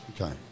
Okay